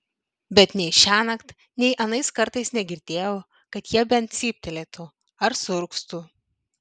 bet nei šiąnakt nei anais kartais negirdėjau kad jie bent cyptelėtų ar suurgztų